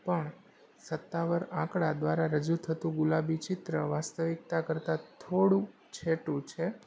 પણ સત્તાવાર આંકડા દ્વારા રજૂ થતું ગુલાબી ચિત્ર વાસ્તવિકતા કરતાં થોડું છેટું છે